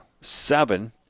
seven